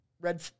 Red